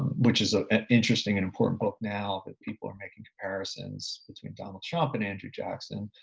which is ah an interesting and important book now that people are making comparisons between donald trump and andrew jackson.